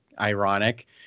ironic